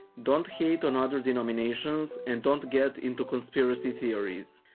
don't hate on other denominations and don't get into conspiracy theories.